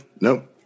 No